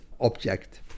object